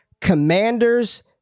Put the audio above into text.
commanders